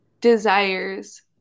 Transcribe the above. desires